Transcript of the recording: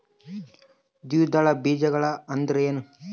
ದ್ವಿದಳ ಬೇಜಗಳು ಅಂದರೇನ್ರಿ?